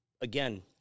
again